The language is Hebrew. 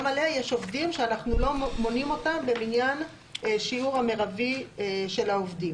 גם עליה יש עובדים שאנחנו לא מונים אותם במניין שיעור המרבי של העובדים.